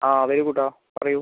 ആ very good ആ പറയൂ